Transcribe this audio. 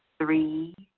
three,